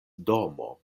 domo